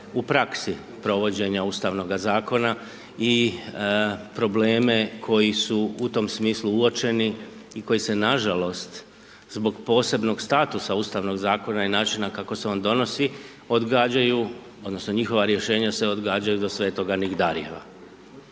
u praksi provođenja Ustavnoga zakona i probleme koji su u tom smislu uočeni i koji se nažalost zbog posebnog statusa Ustavnog zakona i načina kako se on donosi odgađaju odnosno njihova rješenja se odgađaju do svetoga nigdarjeva.